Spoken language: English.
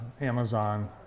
Amazon